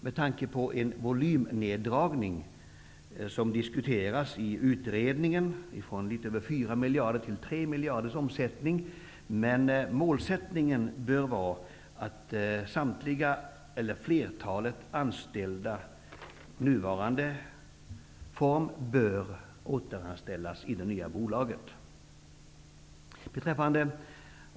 Med tanke på den volymneddragning som diskuteras i utredningen -- från 4 miljarder kronor till 3 miljarder kronor i omsättning -- har vi förståelse för svårigheterna med detta. Målsättningen bör dock vara att samtliga eller flertalet nu anställda bör återanställas i det nya bolaget.